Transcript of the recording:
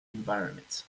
environment